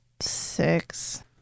Six